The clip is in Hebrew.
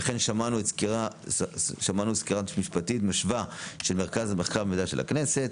וכן שמענו סקירה משפטית משווה של מרכז המחקר והמידע של הכנסת.